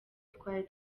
twari